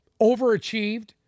Overachieved